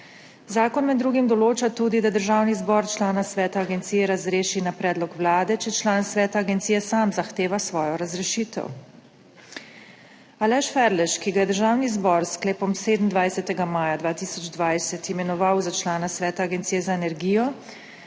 Zakon med drugim določa tudi, da Državni zbor člana sveta agencije razreši na predlog Vlade, če član sveta agencije sam zahteva svojo razrešitev. Aleš Ferlež, ki ga je Državni zbor s sklepom 27. maja 2020 imenoval za člana sveta Agencije za energijo,